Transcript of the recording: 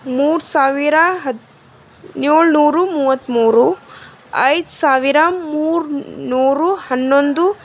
ಮೂರು ಸಾವಿರ ಹದಿನೇಳು ನೂರು ಮೂವತ್ತ್ಮೂರು ಐದು ಸಾವಿರ ಮೂರ್ನೂರು ಹನ್ನೊಂದು